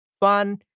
fun